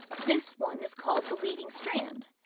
this one is called the leading strand.